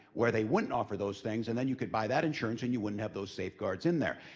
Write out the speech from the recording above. where they wouldn't offer those things, and then you could buy that insurance and you wouldn't have those safeguards in there.